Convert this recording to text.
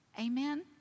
amen